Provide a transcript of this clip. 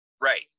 Right